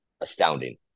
astounding